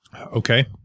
Okay